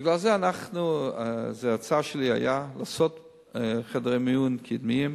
בגלל זה הצעתי לעשות חדרי מיון קדמיים,